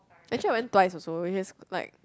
actually I went twice also which is like